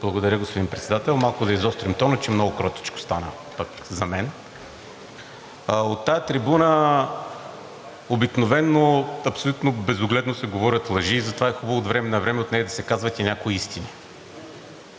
Благодаря, господин Председател. Малко да изострим тона, че много кротичко стана пък за мен. От тази трибуна обикновено абсолютно безогледно се говорят лъжи, затова е хубаво от време на време от нея да се казват и някои истини.